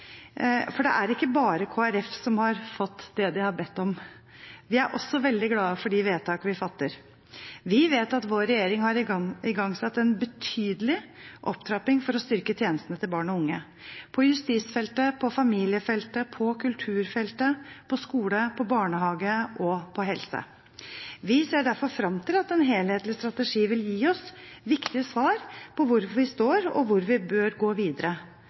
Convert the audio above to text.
For det er ikke bare Kristelig Folkeparti som har fått det de har bedt om. Vi er også veldig glade for de vedtak vi fatter. Vi vet at vår regjering har igangsatt en betydelig opptrapping for å styrke tjenestene til barn og unge – på justisfeltet, på familiefeltet, på kulturfeltet, på skole, på barnehage og på helse. Vi ser derfor frem til at en helhetlig strategi vil gi oss viktige svar på hvor vi står og hvor vi bør gå videre.